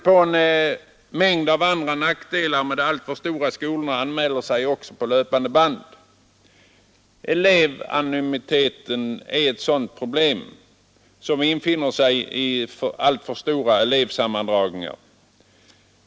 En mängd andra nackdelar med de alltför stora skolorna anmäler sig på löpande band. Ett sådant problem är elevanonymiteten, som infinner sig vid alltför stor elevsammandragning.